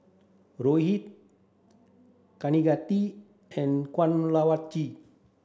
Rohit Kaneganti and Kanwaljit